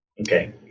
Okay